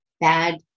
bad